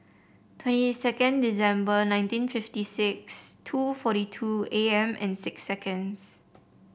twenty second December nineteen fifty six two forty two A M and six seconds